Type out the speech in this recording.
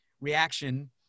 reaction